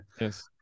Yes